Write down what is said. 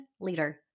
leader